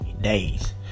days